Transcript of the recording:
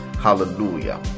Hallelujah